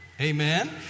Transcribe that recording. Amen